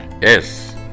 Yes